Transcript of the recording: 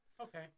Okay